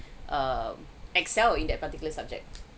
err excel in that particular subject